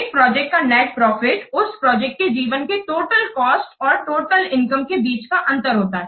एक प्रोजेक्ट का net profit उस प्रोजेक्ट के जीवन के टोटल कॉस्ट और टोटल इनकम के बीच का अंतर होता है